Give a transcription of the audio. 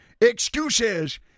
excuses